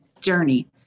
journey